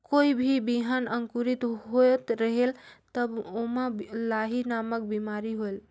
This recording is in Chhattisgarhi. कोई भी बिहान अंकुरित होत रेहेल तब ओमा लाही नामक बिमारी होयल?